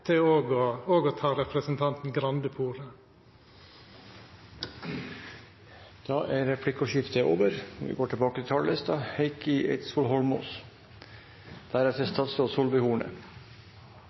i 2015, til òg å ta representanten Grande på ordet. Replikkordskiftet er over. Tusen takk til